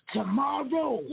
Tomorrow